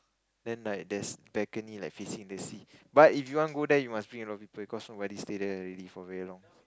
then like there's balcony like facing the sea but if you want to go there you must bring a lot of people cause nobody stay there already for very long